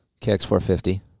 KX450